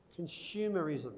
consumerism